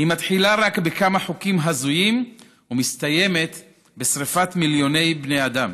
היא מתחילה רק בכמה חוקים הזויים ומסתיימת בשרפת מיליוני בני אדם.